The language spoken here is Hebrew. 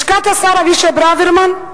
לשכת השר אבישי ברוורמן,